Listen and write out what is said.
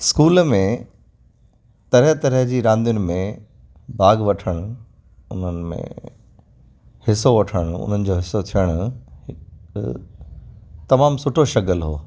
school में तरह तरह जी रांदुनि में भाॻु वठण उन्हनि में हिसो वठण उन्हनि जो हिसो थियण हिकु तमामु सुठो शगल हुओ